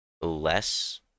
less